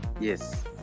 Yes